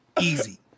Easy